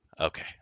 Okay